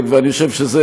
ואני חושב שזה